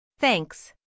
Thanks